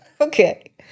Okay